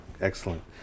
excellent